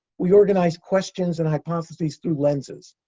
we organize questions and hypotheses through lenses.